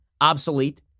obsolete